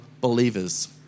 believers